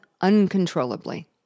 uncontrollably